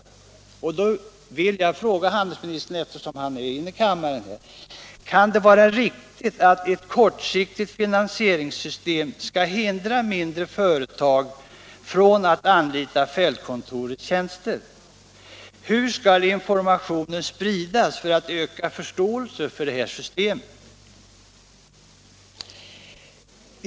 Jag vill i det sammanhanget fråga handelsministern, eftersom han finns här i kammaren: Är det riktigt att ett kortsiktigt finansieringssystem skall hindra mindre företag från att anlita fältkontorens tjänster? Hur skall informationen spridas för att man skall öka förståelsen för det här systemet?